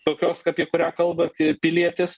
tokios apie kurią kalbat pilietis